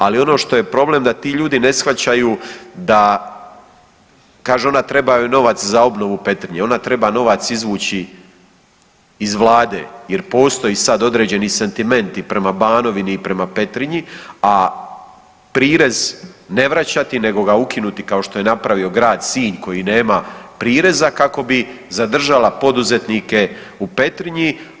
Ali ono što je problem da ti ljudi ne shvaćaju da, kaže ona treba joj novac za obnovu Petrinje, ona treba novac izvući iz Vlade jer postoji sad određeni sentimenti prema Banovini i prema Petrinji, a prirez ne vraćati nego ga ukinuti kao što je napravio Grad Sinj koji nema prireza kako bi zadržala poduzetnike u Petrinji.